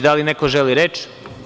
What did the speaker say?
Da li neko želi reč?